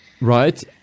right